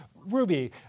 Ruby